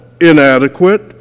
inadequate